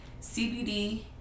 CBD